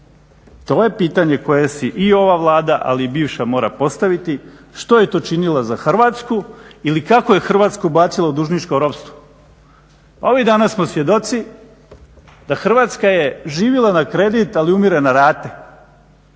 To je pitanje koje si i ova Vlada, ali i bivša mora postaviti, što je to činila za Hrvatsku ili kako je Hrvatsku bacila u dužničko ropstvo. Ovih dana smo svjedoci da Hrvatska je živjela na kredit, ali umire na rate.